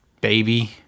baby